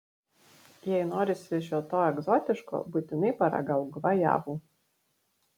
jei norisi šio to egzotiško būtinai paragauk gvajavų